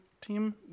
Team